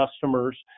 customers